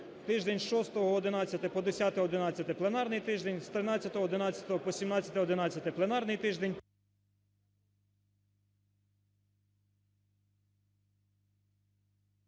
тиждень з 6.11 по 10.11 – пленарний тиждень; з 13.11 по 17.11 – пленарний тиждень…